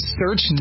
search